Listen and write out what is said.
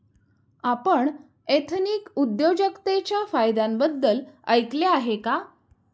आपण एथनिक उद्योजकतेच्या फायद्यांबद्दल ऐकले आहे का?